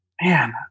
man